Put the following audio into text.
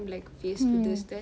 mm